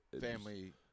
Family